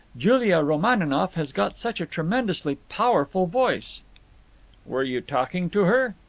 julia romaninov has got such a tremendously powerful voice were you talking to her?